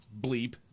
bleep